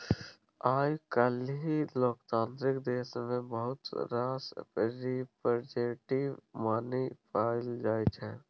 आइ काल्हि लोकतांत्रिक देश मे बहुत रास रिप्रजेंटेटिव मनी पाएल जाइ छै